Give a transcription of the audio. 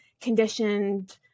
conditioned